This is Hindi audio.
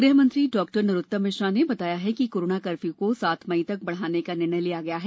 गृह मंत्री डॉ नरोत्तम मिश्रा ने बताया है कि कोरोना कर्फ्यू को सात मई तक बढ़ाने का निर्णय लिया गया है